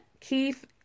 Keith